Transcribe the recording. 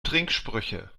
trinksprüche